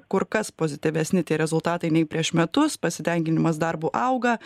kur kas pozityvesni tie rezultatai nei prieš metus pasitenkinimas darbu auga